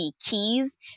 keys